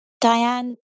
Diane